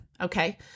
okay